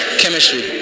Chemistry